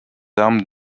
armes